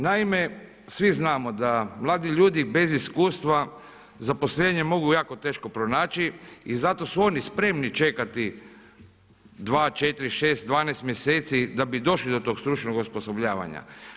Naime, svi znamo da mladi ljudi bez iskustva zaposlenje mogu jako teško pronaći i zato su oni spremni čekati 2, 4, 6, 12 mjeseci da bi došli do tog stručnog osposobljavanja.